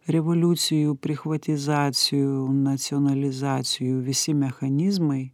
revoliucijų prichvatizacijų nacionalizacijų visi mechanizmai